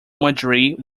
madrid